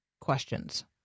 questions